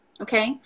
Okay